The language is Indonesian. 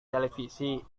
televisi